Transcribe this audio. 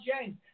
James